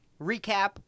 recap